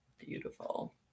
Beautiful